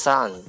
Sun